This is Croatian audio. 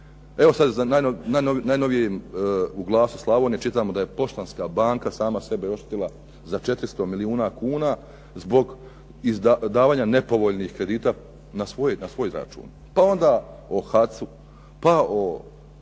Evo sad najnovije u "Glasu Slavonije" čitamo da je Poštanska banka sama sebe oštetila za 400 milijuna kuna zbog davanja nepovoljnih kredita na svoj račun, pa onda o HAC-u, pa o